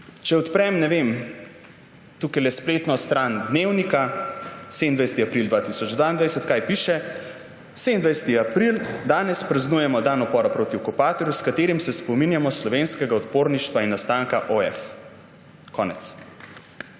Če odprem, ne vem, tukajle spletno stran Dnevnika, 27. april 2022 – kaj piše? »27. april – Danes praznujemo dan upora proti okupatorju, s katerim se spominjamo slovenskega odporništva in nastanka OF.« Konec